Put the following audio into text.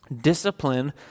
discipline